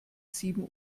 sieben